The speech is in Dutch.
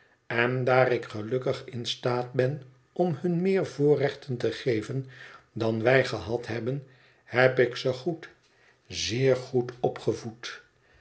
en daar ik gelukkig in staat ben om hun meer voorrechten te geven dan wij gehad hebben heb ik ze goed zeer goed opgevoed